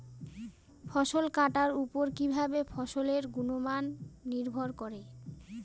ফসল কাটার উপর কিভাবে ফসলের গুণমান নির্ভর করে?